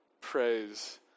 praise